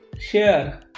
share